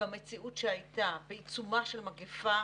במציאות שהיתה בעיצומה של מגיפה,